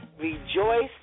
rejoice